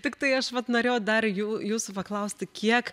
tiktai aš vat norėjau dar jų jūsų paklausti kiek